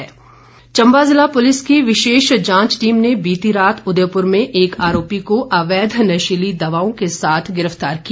छापेमारी चंबा जिला पुलिस की विशेष जांच टीम ने बीती रात उदयपुर में एक आरोपी को अवैध नशीली दवाओं के साथ गिरफ्तार किया